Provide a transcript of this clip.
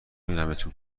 بینمتون